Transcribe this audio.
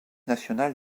national